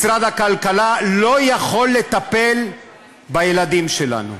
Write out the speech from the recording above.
משרד הכלכלה לא יכול לטפל בילדים שלנו.